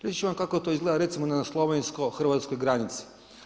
Reći ću vam kako to izgleda, recimo na slovensko-hrvatskoj granici.